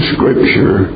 Scripture